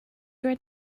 right